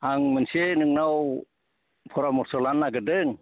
आं मोनसे नोंनाव परामर्स' लानो नागिरदों